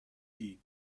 دیگ